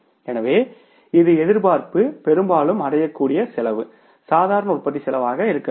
எனவே இது எதிர்பார்ப்பு பெரும்பாலும் அடையக்கூடிய செலவு சாதாரண உற்பத்தி செலவாக இருக்க வேண்டும்